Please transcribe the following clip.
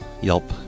Yelp